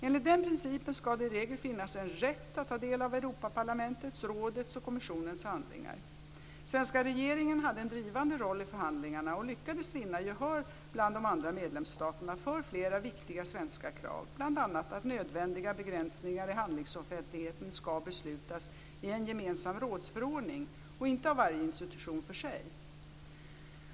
Enligt denna princip skall det i regel finnas en rätt att ta del av Europaparlamentets, rådets och kommissionens handlingar. Svenska regeringen hade en drivande roll i förhandlingarna och lyckades vinna gehör bland de andra medlemsstaterna för flera viktiga svenska krav, bl.a. att nödvändiga begränsningar i handlingsoffentligheten skall beslutas i en gemensam rådsförordning och inte av varje institution för sig.